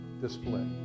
display